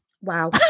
wow